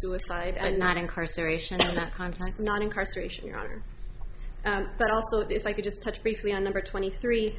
suicide and not incarceration that content not incarceration your honor but also if i could just touch briefly on number twenty three